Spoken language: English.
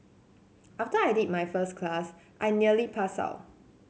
after I did my first class I nearly passed out